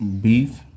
beef